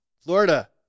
Florida